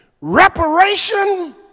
reparation